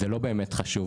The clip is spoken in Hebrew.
מה שנגיד כאן לא באמת חשוב.